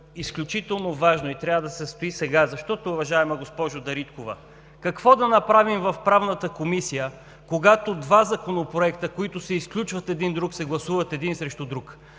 изключително важно и трябва да се състои сега, защото, уважаема госпожо Дариткова, какво да направим в Правната комисия, когато два законопроекта, които се изключват един друг, се гласуват един срещу друг?!